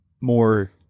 more